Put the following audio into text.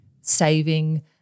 saving